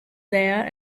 there